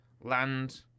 land